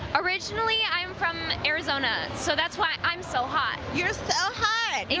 originally i'm from arizona. so that's why i'm so hot. you're so hot.